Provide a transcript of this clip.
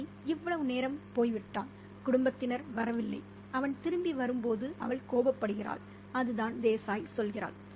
ரவி இவ்வளவு நேரம் போய்விட்டாள் குடும்பத்தினர் வரவில்லை அவன் திரும்பி வரும்போது அவள் கோபப்படுகிறாள் அதுதான் தேசாய் சொல்கிறாள்